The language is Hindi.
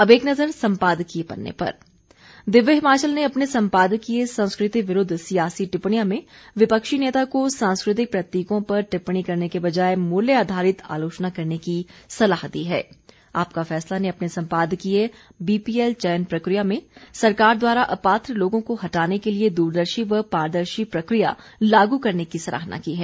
अब एक नज़र सम्पादकीय पन्ने पर दिव्य हिमाचल ने अपने सम्पादकीय संस्कृति विरुद्ध सियासी टिप्पणियां में विपक्षी नेता को सांस्कृतिक प्रतीकों पर टिप्पणी करने के बजाय मूल्य आधारित आलोचना करने की सलाह दी है आपका फैसला ने अपने सम्पादकीय बीपीएल चयन प्रक्रिया में सरकार द्वारा अपात्र लोगों को हटाने के लिये दूरदर्शी व पारदर्शी प्रक्रिया लागू करने की सराहना की है